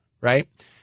right